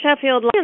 Sheffield